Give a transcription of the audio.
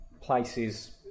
places